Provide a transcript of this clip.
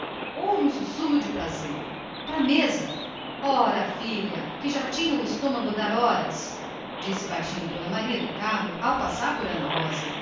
houve um sussurro de prazer olha filha que já tinha o estômago a dar horas cochichou d maria do carmo ao passar por ana rosa